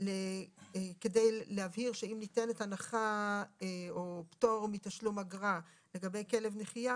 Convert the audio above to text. כדי להבהיר שאם ניתנים הנחה או פטור מתשלום אגרה לגבי כלב נחייה,